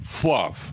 fluff